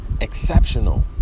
exceptional